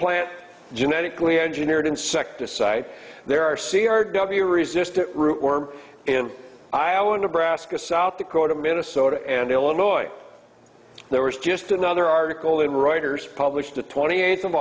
plant genetically engineered insecticide there are c r w resistant root worm in iowa nebraska south dakota minnesota and illinois there was just another article in reuters published the twenty eighth of